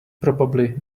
probably